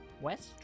west